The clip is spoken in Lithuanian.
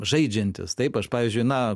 žaidžiantis taip aš pavyzdžiui na